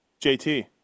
JT